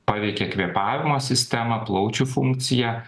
paveikia kvėpavimo sistemą plaučių funkciją